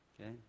okay